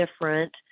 different